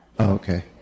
okay